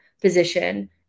position